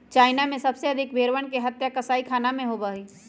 China में सबसे अधिक भेंड़वन के हत्या कसाईखाना में होबा हई